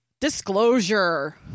disclosure